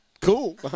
cool